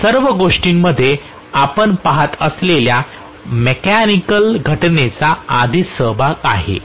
या सर्व गोष्टींमध्ये आपण पहात असलेल्या मॅकेनिकल घटनेचा आधीच सहभाग आहे